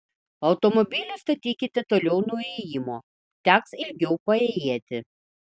automobilį statykite toliau nuo įėjimo teks ilgiau paėjėti